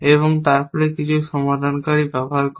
এবং তারপর কিছু সমাধানকারী ব্যবহার করে